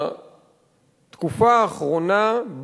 בתקופה האחרונה,